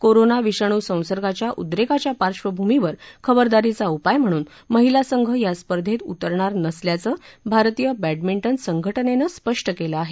corona विषाणू संसर्गाच्या उद्रेकाच्या पार्डभूमीवर खबरदारीचा उपाय म्हणून महिला संघ या स्पर्धेत उतरणार नसल्याचं भारतीय बॅंडमिटन संघटनेनं स्पष्ट केलं आहे